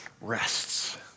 rests